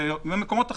ממקומות אחרים.